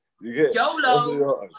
YOLO